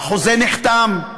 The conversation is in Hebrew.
והחוזה נחתם,